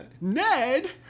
Ned